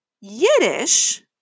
Yiddish